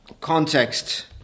context